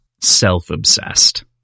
self-obsessed